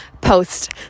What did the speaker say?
post